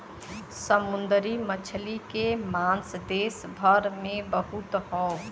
समुंदरी मछली के मांग देस भर में बहुत हौ